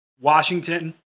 Washington